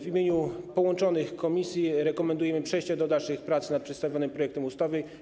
W imieniu połączonych komisji rekomendujemy przejście do dalszych prac nad przedstawionym projektem ustawy.